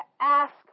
ask